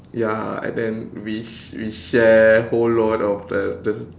ya and then we sh~ we share whole lot of the the